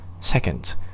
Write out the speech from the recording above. Second